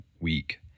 week